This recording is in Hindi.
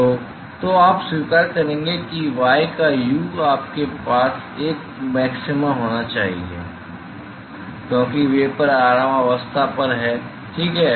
तो तो आप स्वीकार करेंगे कि y का u आपके पास एक मैक्सिमा होना चाहिए क्योंकि वेपर आराम अवस्था पर है ठीक है